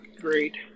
Great